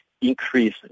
increase